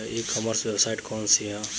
ई commerce website कौन सी है?